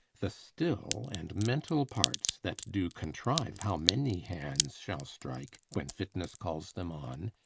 the still and mental parts that do contrive how many hands shall strike when fitness calls them on,